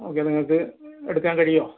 okay നിങ്ങൾക്ക് എടുക്കാൻ കഴിയുമോ